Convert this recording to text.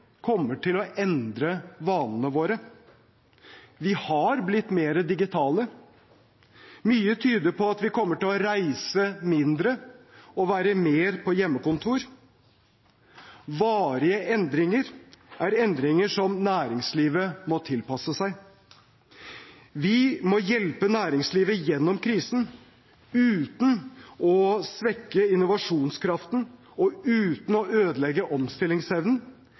kommer til å endre vanene våre. Vi har blitt mer digitale. Mye tyder på at vi kommer til å reise mindre og være mer på hjemmekontor. Varige endringer er endringer som næringslivet må tilpasse seg. Vi må hjelpe næringslivet gjennom krisen – uten å svekke innovasjonskraften og uten å ødelegge omstillingsevnen.